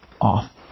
off